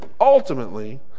ultimately